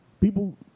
people